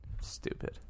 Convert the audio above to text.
Stupid